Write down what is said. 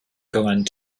going